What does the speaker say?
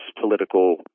political